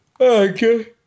Okay